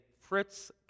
Fritz